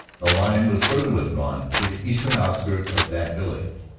the line was further withdrawn to the eastern outskirts of that village.